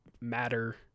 matter